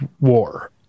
war